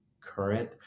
current